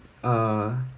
uh